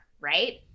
right